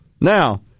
Now